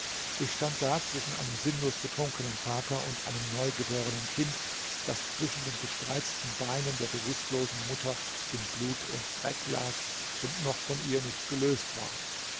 ich stand da zwischen einem sinnlos betrunkenen vater und einem neugeborenen kind das zwischen den gespreizten beinen der bewußtlosen mutter in blut und dreck lag und noch von ihr nicht gelöst war